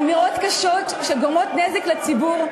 אמירות קשות שגורמות נזק לציבור,